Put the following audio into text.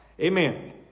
Amen